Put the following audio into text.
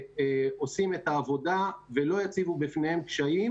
שעושים את העבודה ולא יציבו בפניהם קשיים,